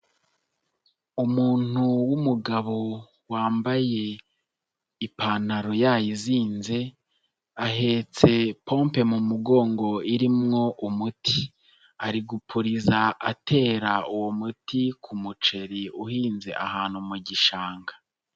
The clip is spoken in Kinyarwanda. Umuntu w'umugabo wambaye ipantaro yayizinze ahetse pompe mu mugongo irimwo umuti ari gupuriza atera uwo muti ku muceri uhinze ahantu mu gishanga.